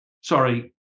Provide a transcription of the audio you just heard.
sorry